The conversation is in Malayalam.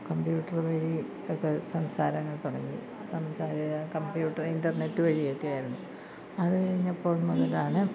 കമ്പ്യൂട്ടർ വഴി ഒക്കെ സംസാരങ്ങൾ തുടങ്ങി സംസാരം കമ്പ്യൂട്ടർ ഇൻറ്റർനെറ്റ് വഴിയൊക്കെയായിരുന്നു അത് കഴിഞ്ഞപ്പോൾ മുതലാണ്